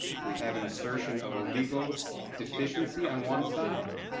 we have an assertion of illegal efficiency on one side,